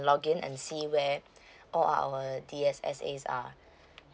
login and see where all our D_S_S_A are